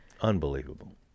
Unbelievable